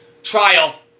Trial